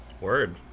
word